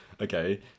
Okay